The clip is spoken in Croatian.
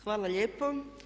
Hvala lijepo.